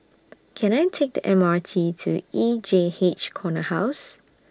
Can I Take The M R T to E J H Corner House